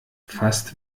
fast